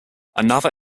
another